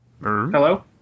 Hello